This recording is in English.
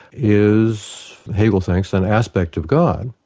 is, hegel thinks, an aspect of god.